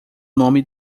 nome